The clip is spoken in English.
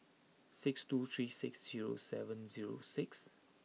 six two three six zero seven zero six